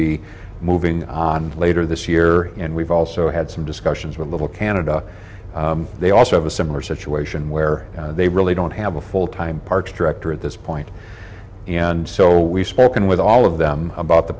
be moving on later this year and we've also had some discussions with little canada they also have a similar situation where they really don't have a full time part director at this point and so we've spoken with all of them about the